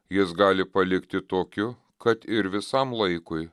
jis gali palikti tokiu kad ir visam laikui